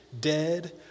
dead